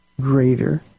greater